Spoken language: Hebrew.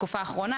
בתקופה האחרונה.